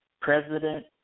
President